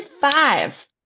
five